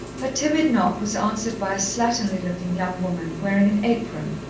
her timid knock was answered by a slatternly-looking young woman wearing an apron,